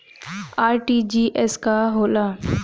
RTGS का होला?